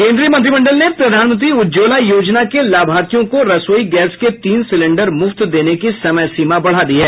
केन्द्रीय मंत्रिमंडल ने प्रधानमंत्री उज्ज्वला योजना के लाभार्थियों को रसोई गैस के तीन सिलेंडर मुफ्त देने की समय सीमा बढ़ा दी है